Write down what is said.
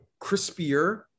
crispier